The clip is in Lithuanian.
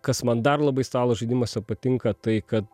kas man dar labai stalo žaidimuose patinka tai kad